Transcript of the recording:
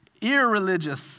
irreligious